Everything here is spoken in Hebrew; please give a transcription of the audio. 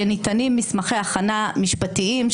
שניתנים מסמכי הכנה משפטיים,